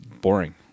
boring